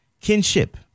Kinship